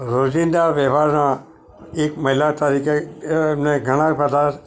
રોજિંદા વ્યવહારના એક મહિલા તરીકે એણે એમને ઘણા બધા